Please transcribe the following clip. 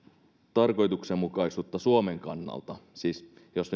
tarkoituksenmukaisuutta suomen kannalta siis jos